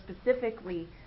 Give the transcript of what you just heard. specifically